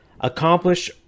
Accomplish